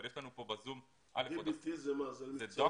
יש לנו כאן ב-זום מה אומר התואר הזה?